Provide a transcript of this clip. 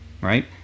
right